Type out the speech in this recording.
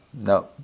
no